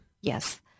Yes